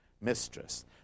mistress